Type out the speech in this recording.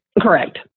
Correct